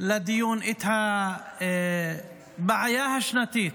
לדיון את הבעיה השנתית,